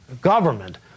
government